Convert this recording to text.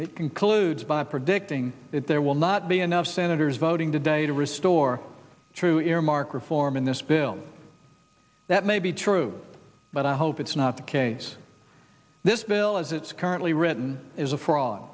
it concludes by predicting that there will not be enough senators voting today to restore a true earmark reform in this bill that may be true but i hope it's not the case this bill as it's currently written is a fraud